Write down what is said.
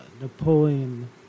Napoleon